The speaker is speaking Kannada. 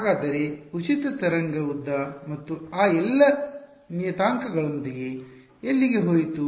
ಹಾಗಾದರೆ ಉಚಿತ ತರಂಗ ಉದ್ದ ಮತ್ತು ಆ ಎಲ್ಲ ನಿಯತಾಂಕಗಳೊಂದಿಗೆ ಎಲ್ಲಿಗೆ ಹೋಯಿತು